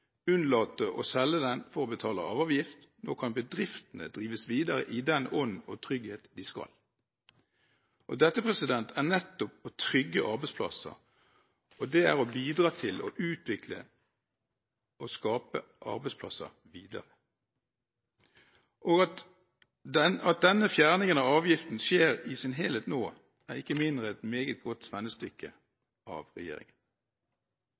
unnlate å selge den for å betale arveavgift – nå kan bedriftene drives videre i den ånd og trygghet de skal. Nettopp dette er å trygge arbeidsplasser, og det er å bidra til å utvikle og skape arbeidsplasser videre. Og det at fjerningen av arveavgiften skjer i sin helhet nå, er ikke mindre enn et meget godt svennestykke fra regjeringen.